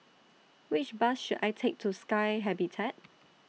Which Bus should I Take to Sky Habitat